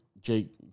Jake